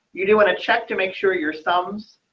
you do want to check to make sure your thumbs.